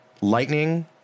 Lightning